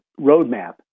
Roadmap